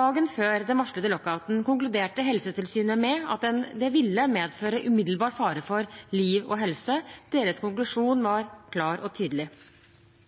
Dagen før den varslede lockouten konkluderte Helsetilsynet med at den ville medføre umiddelbar fare for liv og helse. Deres konklusjon var klar og tydelig.